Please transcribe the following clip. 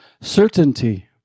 certainty